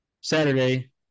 Saturday